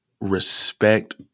respect